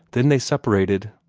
then they separated,